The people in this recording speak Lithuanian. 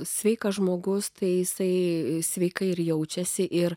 sveikas žmogus tai visai sveika ir jaučiasi ir